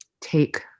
take